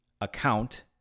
account